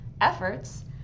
efforts